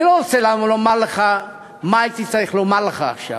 אני לא רוצה לומר לך מה הייתי צריך לומר לך עכשיו.